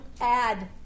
add